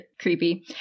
creepy